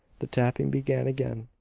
the tapping began again.